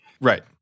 Right